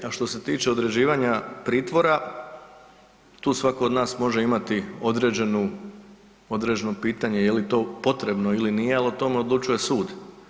A što se tiče određivanja pritvora, tu svatko od nas može imati određeno pitanje je li to potrebno ili nije, ali o tome odlučuje sud.